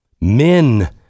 Men